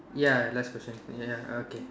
ya last question ya okay